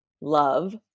love